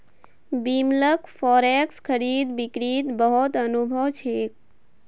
बिमलक फॉरेक्स खरीद बिक्रीत बहुत अनुभव छेक